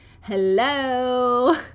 Hello